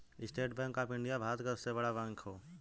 estate Bank of India Bharat क सबसे बड़ा बैंक हौ